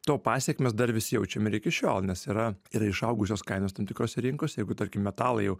to pasekmės dar vis jaučiam ir iki šiol nes yra yra išaugusios kainos tam tikrose rinkose jeigu tarkim metalai jau